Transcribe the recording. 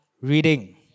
reading